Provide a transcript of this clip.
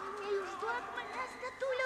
neišduok manęs tetule